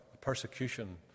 persecution